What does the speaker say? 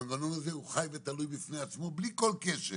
המנגנון הזה הוא חי ותלוי בפני עצמו, בלי כל קשר